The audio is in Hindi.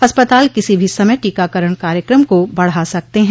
अस्पताल किसी भी समय टीकाकरण कार्यक्रम को बढ़ा सकते हैं